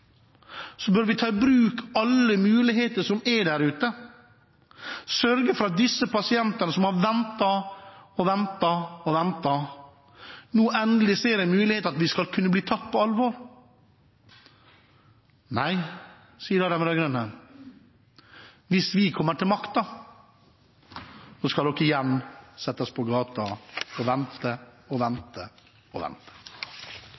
bør vi ta i bruk alle muligheter som er der ute, og sørge for at disse pasientene som har ventet og ventet og ventet, nå endelig ser en mulighet for å kunne bli tatt på alvor. Nei, sier de rød-grønne – hvis vi kommer til makta, skal dere igjen settes på gata og vente og vente og vente.